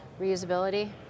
Reusability